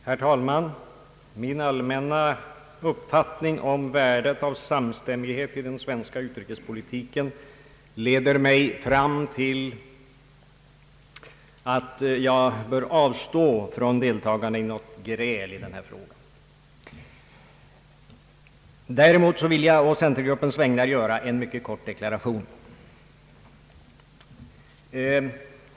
Herr talman! Min allmänna uppfattning om värdet av samstämmighet i den svenska utrikespolitiken leder mig fram till att jag avstår från deltagande i något gräl i denna fråga. Däremot vill jag å centergruppens vägnar göra en mycket kort deklaration.